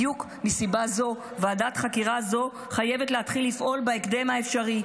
בדיוק מסיבה זו ועדת חקירה זו חייבת להתחיל לפעול בהקדם האפשרי,